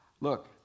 Look